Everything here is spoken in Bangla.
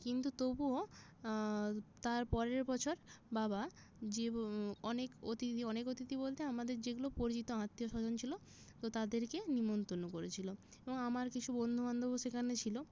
কিন্তু তবুও তারপরের বছর বাবা যে ব অনেক অতিথি অনেক অতিথি বলতে আমাদের যেগুলো পরিচিত আত্মীয় স্বজন ছিলো তো তাদেরকে নেমন্তন্ন করেছিলো এবং আমার কিছু বন্ধু বান্ধবও সেখানে ছিল